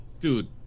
Dude